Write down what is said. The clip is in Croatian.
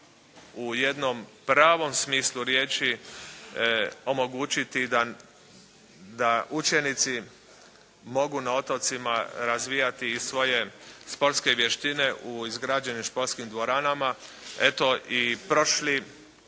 u jednom pravom smislu riječi omogućiti da učenici mogu na otocima razvijati i svoje sportske vještine u izgrađenim sportskim dvoranama. Eto, i prošli